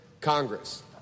Congress